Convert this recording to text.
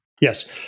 Yes